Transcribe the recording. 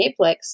Netflix